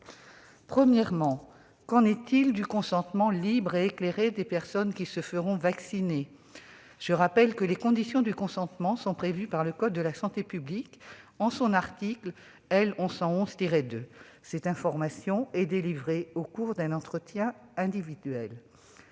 Premièrement, qu'en est-il du consentement libre et éclairé des personnes qui se feront vacciner ? Je rappelle que les conditions du consentement sont prévues à l'article L. 1111-2 du code de la santé publique, l'information étant délivrée au cours d'un entretien individuel.